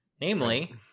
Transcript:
Namely